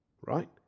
right